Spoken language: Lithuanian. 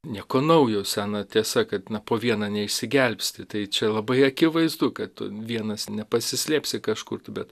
nieko naujo sena tiesa kad na po vieną neišsigelbsti tai čia labai akivaizdu kad vienas nepasislėpsi kažkur kažkur tu bet